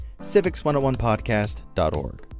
civics101podcast.org